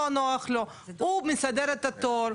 הוא מסדר את התור,